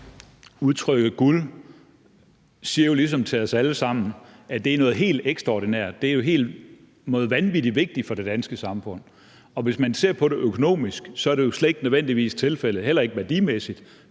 Udtrykket guld siger jo ligesom til os alle sammen, at det er noget helt ekstraordinært, og at det er noget vanvittig vigtigt for det danske samfund. Hvis man ser på det økonomisk, er det jo slet ikke nødvendigvis tilfældet, heller ikke værdimæssigt,